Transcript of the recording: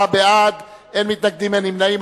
24 בעד, אין מתנגדים, אין נמנעים.